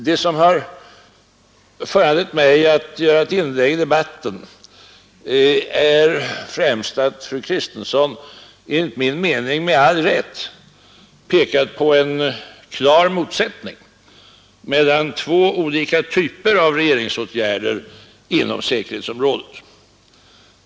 Det som har föranlett mig att göra ett inlägg i debatten är främst att fru Kristensson enligt min mening med all rätt — pekat på en klar motsättning mellan två olika typer av regeringsåtgärder inom säkerhetsområdet.